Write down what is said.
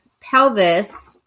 pelvis